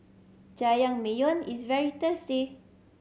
jajangmyeon is very tasty